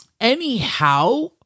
Anyhow